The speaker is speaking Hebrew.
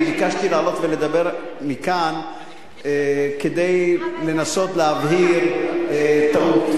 אני ביקשתי לעלות ולדבר מכאן כדי לנסות להבהיר טעות.